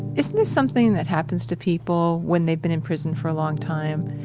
isn't this something that happens to people when they've been in prison for a long time?